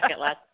last